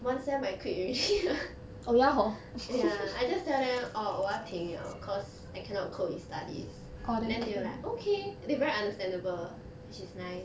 one sem I quit already mah ya I just tell them orh 我要停了 cause I cannot cope with studies then they were like okay they very understandable which is nice